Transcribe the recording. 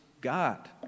God